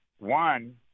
One